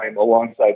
alongside